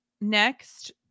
next